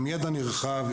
עם ידע נרחב,